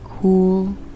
cool